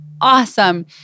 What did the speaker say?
awesome